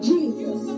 Jesus